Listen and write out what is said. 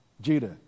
Judah